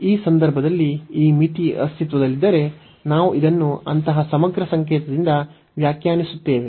ಈ ಸಂದರ್ಭದಲ್ಲಿ ಈ ಮಿತಿ ಅಸ್ತಿತ್ವದಲ್ಲಿದ್ದರೆ ನಾವು ಇದನ್ನು ಅಂತಹ ಸಮಗ್ರ ಸಂಕೇತದಿಂದ ವ್ಯಾಖ್ಯಾನಿಸುತ್ತೇವೆ